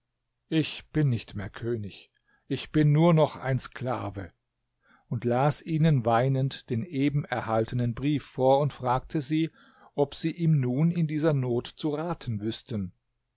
ich bin nicht mehr könig ich bin nur noch ein sklave und las ihnen weinend den eben erhaltenen brief vor und fragte sie ob sie ihm nun in dieser not zu raten wüßten